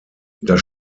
das